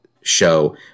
show